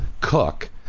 cook